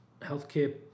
healthcare